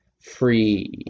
free